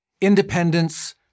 independence